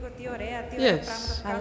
Yes